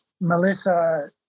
Melissa